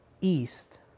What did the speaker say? east